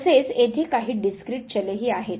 तसेच येथे काही डिसक्रीट चले आहेत